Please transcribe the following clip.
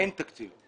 אין תקציב.